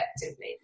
effectively